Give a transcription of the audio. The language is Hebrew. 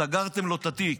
סגרתם לו את התיק.